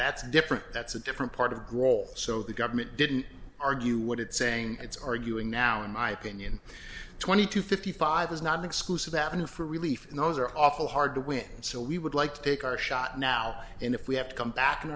that's different that's a different part of groll so the government didn't argue what it saying it's arguing now in my opinion twenty to fifty five is not an exclusive that in for relief those are awful hard to win so we would like to take our shot now and if we have to come back and